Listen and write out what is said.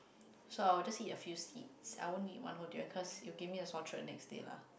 so I will just eat a few seeds I won't eat one whole durian cause it will give me a sore throat the next day lah